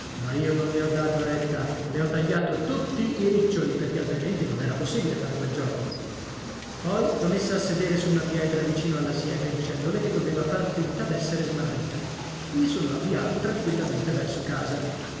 ma io non le ho dato retta le ho tagliato tutti i riccioli perché altrimenti non era possibile fare quel gioco poi l'ho messa a sedere su una pietra vicino alla siepe dicendole che doveva far finta d'essere smarrita e mi sono avviato tranquillamente verso casa